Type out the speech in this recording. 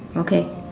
okay